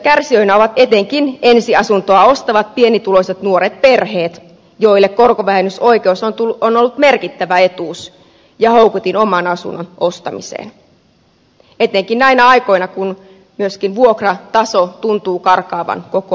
kärsijöinä ovat etenkin ensiasuntoa ostavat pienituloiset nuoret perheet joille korkovähennysoikeus on ollut merkittävä etuus ja houkutin oman asunnon ostamiseen etenkin näinä aikoina kun myöskin vuokrataso tuntuu karkaavan koko ajan käsistä